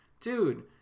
dude